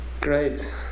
Great